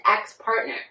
ex-partner